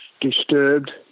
disturbed